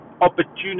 opportunity